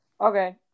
Okay